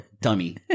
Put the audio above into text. dummy